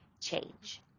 change